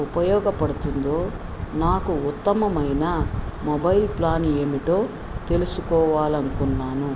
ఉపయోగపడుతుందో నాకు ఉత్తమమైన మొబైల్ ప్లాన్ ఏమిటో తెలుసుకోవాలి అనుకున్నాను